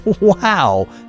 Wow